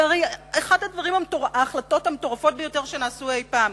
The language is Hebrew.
זו הרי אחת ההחלטות המטורפות ביותר שנעשו אי-פעם.